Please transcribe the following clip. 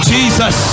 Jesus